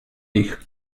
ich